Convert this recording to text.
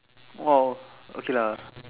!wow! okay lah